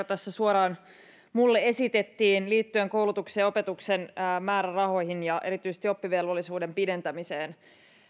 tässä suoraan minulle esitettiin liittyen koulutuksen ja opetuksen määrärahoihin ja erityisesti oppivelvollisuuden pidentämiseen